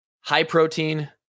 high-protein